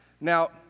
Now